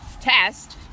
test